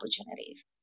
opportunities